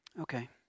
Okay